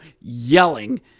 yelling